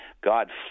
God